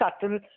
subtle